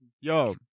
Yo